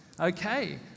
Okay